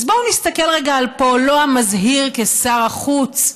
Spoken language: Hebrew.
אז בואו נסתכל רגע על פועלו המזהיר כשר החוץ,